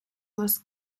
was